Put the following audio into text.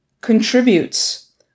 contributes